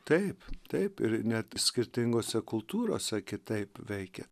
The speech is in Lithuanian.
taip taip ir net skirtingose kultūrose kitaip veikia